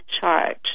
charge